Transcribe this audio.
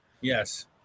Yes